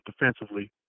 defensively